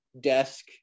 desk